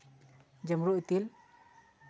ᱡᱟᱹᱢᱵᱽᱲᱩ ᱤᱛᱤᱞ